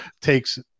takes